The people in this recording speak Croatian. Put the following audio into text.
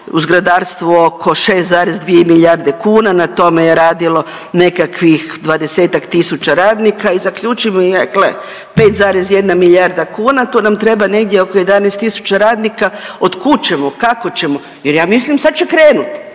u zgradarstvu oko 6,2 milijarde kuna, na tome je radilo nekakvih 20-tak tisuća radnika i zaključim, gle 5,1 milijarda kuna tu nam treba negdje oko 11 tisuća radnika, od kud ćemo, kako ćemo jer ja mislim sad će krenut,